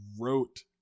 wrote